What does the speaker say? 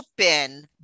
open